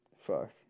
fuck